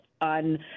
on